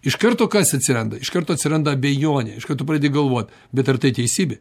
iš karto kas atsiranda iš karto atsiranda abejonėiš karto pradedi galvot bet ar tai teisybė